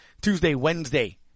Tuesday-Wednesday